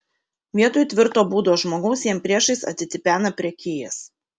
vietoj tvirto būdo žmogaus jam priešais atitipena prekijas